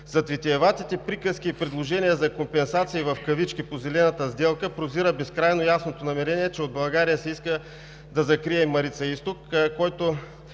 Зад витиеватите приказки и предложения за компенсации в кавички по Зелената сделка, прозира безкрайно ясното намерение, че от България се иска да закрие „Марица изток“, който